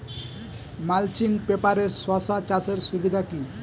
Mulching পেপারে শসা চাষের সুবিধা কি?